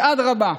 כי אדרבה,